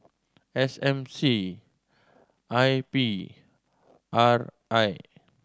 S M C I P R I